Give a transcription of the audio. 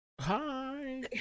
Hi